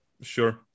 Sure